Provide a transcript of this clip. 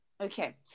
Okay